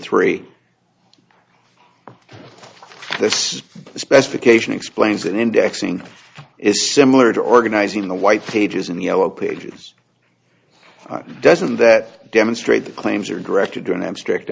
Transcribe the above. the specification explains an indexing is similar to organizing the white pages and yellow pages doesn't that demonstrate the claims are directed to an abstract